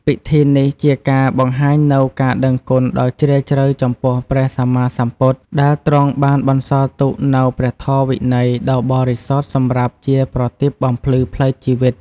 ពិធីនេះជាការបង្ហាញនូវការដឹងគុណដ៏ជ្រាលជ្រៅចំពោះព្រះសម្មាសម្ពុទ្ធ ដែលទ្រង់បានបន្សល់ទុកនូវព្រះធម៌វិន័យដ៏បរិសុទ្ធសម្រាប់ជាប្រទីបបំភ្លឺផ្លូវជីវិត។